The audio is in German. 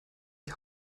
die